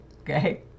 Okay